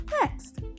Next